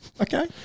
Okay